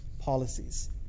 policies